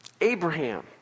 Abraham